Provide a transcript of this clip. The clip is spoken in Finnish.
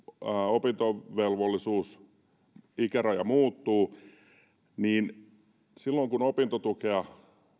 opintovelvollisuusikäraja muuttuu silloin kun opintotukea